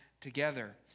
together